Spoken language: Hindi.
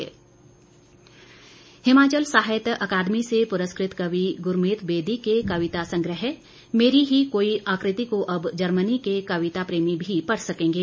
कविता संग्रह हिमाचल साहित्य अकादमी से पुरस्कृत कवि गुरमीत बेदी के कविता संग्रह मेरी ही कोई आकृति को अब जर्मनी के कविता प्रेमी भी पढ़ सकेंगे